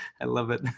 i love it.